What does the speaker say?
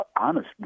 Honest